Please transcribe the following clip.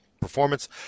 performance